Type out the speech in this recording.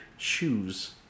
shoes